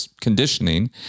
conditioning